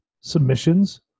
submissions